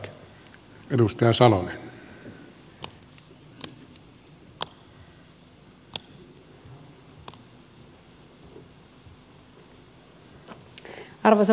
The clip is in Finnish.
arvoisa puhemies